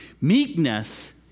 Meekness